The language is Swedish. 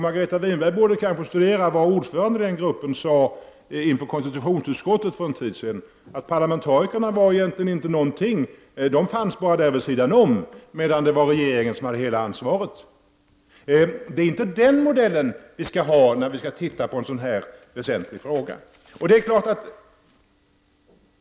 Margareta Winberg borde kanske studera vad ordföranden i den gruppen sade inför konstitutionsutskottet för en tid sedan, att parlamentarikerna egentligen inte var någonting. De fanns bara vid sidan om, medan regeringen hade hela ansvaret. Det är inte den modellen vi skall ha när vi skall titta på en sådan här väsentlig fråga.